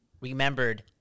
remembered